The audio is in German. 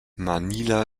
manila